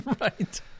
Right